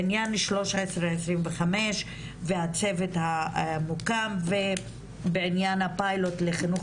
בעניין 1325 והצוות המוקם ובעניין הפיילוט לחינוך